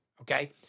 Okay